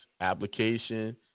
application